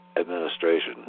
administration